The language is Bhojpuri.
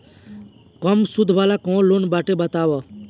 कम सूद वाला कौन लोन बाटे बताव?